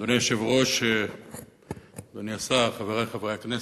אדוני היושב-ראש, אדוני השר, חברי חברי הכנסת,